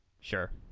Sure